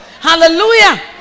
Hallelujah